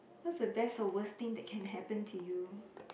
what's the best or worsting that can happened to you